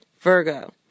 Virgo